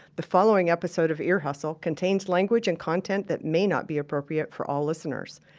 the following episode of ear hustle contains language and content that may not be appropriate for all listeners.